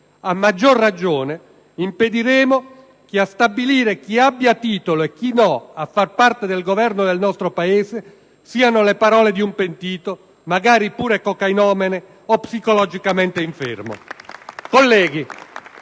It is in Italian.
A maggior ragione impediremo che a stabilire chi abbia titolo e chi no a far parte del Governo del nostro Paese siano le parole di un pentito, magari pure cocainomane o psichicamente infermo.